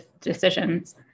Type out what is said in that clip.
decisions